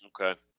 Okay